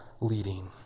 leading